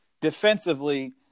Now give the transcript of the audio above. defensively